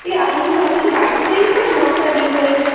দিদি আপনি কি সব কিছু বাড়িতে তৈরি করেন নকশা ডিজাইন